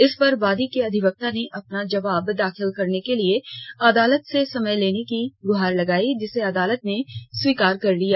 इस पर वादी के अधिवक्ता ने अपना जवाब दाखिल करने के लिए अदालत से समय देने की गुहार लगाई जिसे अदालत ने स्वीकार कर लिया